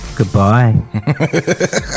Goodbye